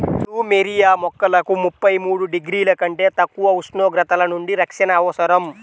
plumeria మొక్కలకు ముప్పై మూడు డిగ్రీల కంటే తక్కువ ఉష్ణోగ్రతల నుండి రక్షణ అవసరం